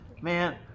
Man